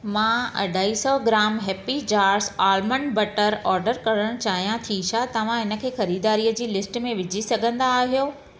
मां अढाई सौ gram happy jars almond butter order करणु चाहियां थी छा तव्हां इनखे ख़रीदारीअ जी लिस्ट में विझी सघंदा आहियो